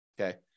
Okay